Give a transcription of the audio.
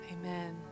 Amen